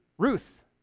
Ruth